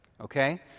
Okay